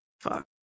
Fuck